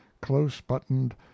close-buttoned